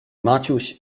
maciuś